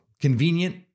Convenient